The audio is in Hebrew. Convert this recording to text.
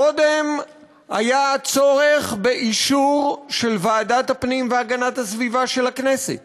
קודם היה צורך באישור של ועדת הפנים והגנת הסביבה של הכנסת.